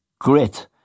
grit